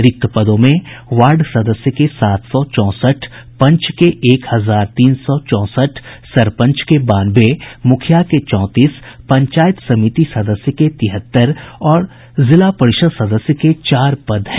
रिक्त पदों में वार्ड सदस्य के सात सौ चौंसठ पंच के एक हजार तीन सौ चौंसठ सरपंच के बानवे मुखिया के चौंतीस पंचायत समिति सदस्य के तिहत्तर और जिला परिषद सदस्य के चार पद हैं